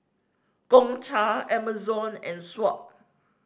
Gongcha Amazon and Swatch